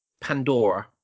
Pandora